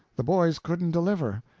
the boys couldn't deliver.